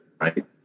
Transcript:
Right